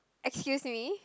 excuse me